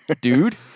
Dude